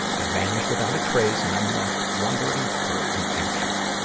they vanish without a trace and i'm left wondering, hurt, and anxious.